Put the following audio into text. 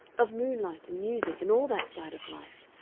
of moonlight and music and all that side of life,